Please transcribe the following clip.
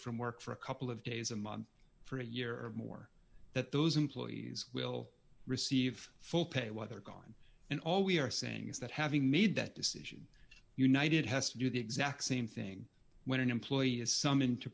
from work for a couple of days a month for a year or more that those employees will receive full pay while they're gone and all we are saying is that having made that decision united has to do the exact same thing when an employee is some in to